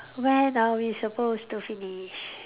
when are we supposed to finish